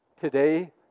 Today